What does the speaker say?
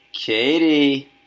Katie